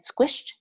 squished